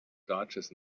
dodges